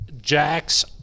Jax